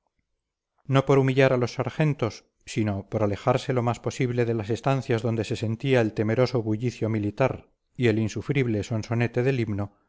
no por humillar a los sargentos sino por alejarse lo más posible de las estancias donde se sentía el temeroso bullicio militar y el insufrible sonsonete del himno